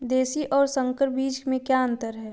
देशी और संकर बीज में क्या अंतर है?